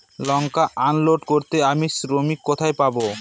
লঙ্কা unload করতে আমি শ্রমিক কোথায় পাবো?